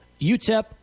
utep